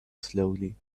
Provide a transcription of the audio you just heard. slowly